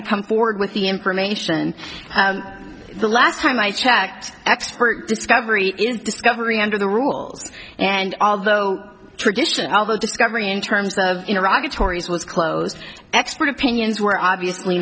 to come forward with the information the last time i checked expert discovery discovery under the rules and although tradition although discovery in terms of iraq tories was closed expert opinions were obviously